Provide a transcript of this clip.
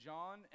John